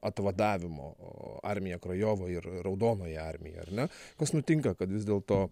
atvadavimo o armiją koroliovą ir raudonoją armiją ar ne kas nutinka kad vis dėlto